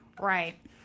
right